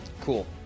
Cool